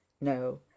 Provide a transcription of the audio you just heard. no